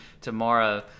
tomorrow –